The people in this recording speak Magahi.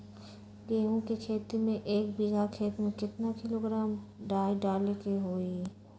गेहूं के खेती में एक बीघा खेत में केतना किलोग्राम डाई डाले के होई?